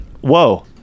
whoa